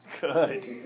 Good